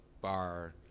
bar